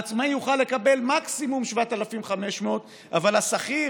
העצמאי יוכל לקבל מקסימום 7,500 אבל השכיר